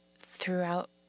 throughout